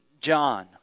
John